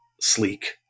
sleek